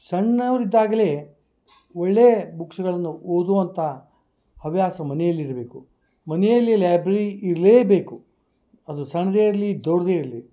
ಸಣ್ಣವ್ರಿದ್ದಾಗಲೆ ಒಳ್ಳೆಯ ಬುಕ್ಸ್ಗಳನ್ನ ಓದುವಂಥ ಹವ್ಯಾಸ ಮನೆಯಲ್ಲಿರಬೇಕು ಮನೆಯಲ್ಲಿ ಲೈಬ್ರೆರಿ ಇರಲೇ ಬೇಕು ಅದು ಸಣ್ದೆ ಇರಲಿ ದೊಡ್ದೆ ಇರಲಿ